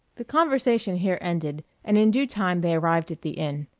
the conversation here ended, and in due time they arrived at the inn.